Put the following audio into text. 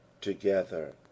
together